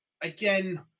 again